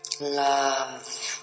love